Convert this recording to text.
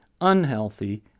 unhealthy